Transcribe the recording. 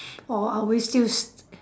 or are we will still s~